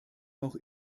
noch